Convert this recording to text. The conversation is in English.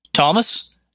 Thomas